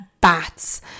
bats